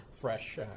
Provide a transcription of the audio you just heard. fresh